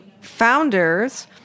founders